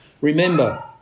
Remember